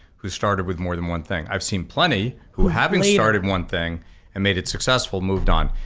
who started with more than one thing. i've seen plenty who, having started one thing and made it successful moved on.